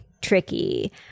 tricky